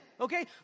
okay